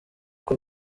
uko